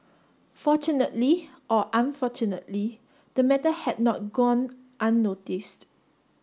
fortunately or unfortunately the matter had not gone unnoticed